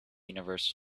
universe